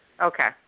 Okay